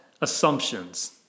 assumptions